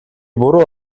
буруу